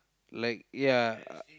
like ya